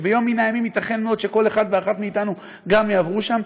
וביום מן הימים ייתכן מאוד שכל אחד ואחת מאתנו גם יעברו שם,